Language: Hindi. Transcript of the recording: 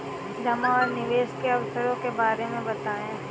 जमा और निवेश के अवसरों के बारे में बताएँ?